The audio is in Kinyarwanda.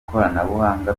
ikoranabuhanga